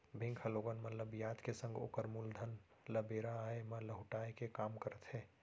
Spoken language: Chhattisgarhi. बेंक ह लोगन मन ल बियाज के संग ओकर मूलधन ल बेरा आय म लहुटाय के काम करथे